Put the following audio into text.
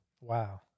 Wow